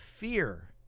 fear